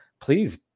please